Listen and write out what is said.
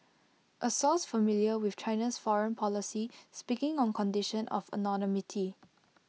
A source familiar with China's foreign policy speaking on condition of anonymity